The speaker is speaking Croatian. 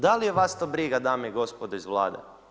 Da li je vas to briga dame i gospodo iz Vlade?